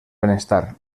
benestar